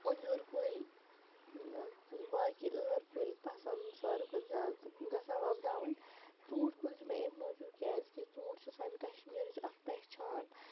انجور کُلۍ باقی ٲر کُلۍ پَسنٛد ساروی کھۄتہٕ زیادٕ گژھان وۄپداوٕنۍ ژوٗنٛٹھۍ کُلۍ چھِ مےٚ اَمہِ موٗجوٗب کیٛازِکہِ ژوٗنٛٹھۍ چھِ سانہِ کَشمیٖرٕچ اَکھ پہچان